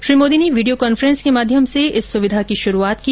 श्री मोदी ने video conference के माध्यम से इस सुविधा की शुरूआत की